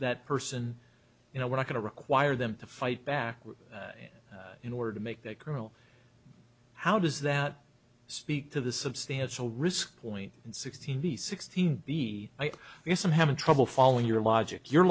that person you know we're not going to require them to fight back in order to make that criminal how does that speak to the substantial risk point and sixteen the sixteen b i guess i'm having trouble following your logic your